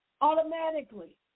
automatically